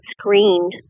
screened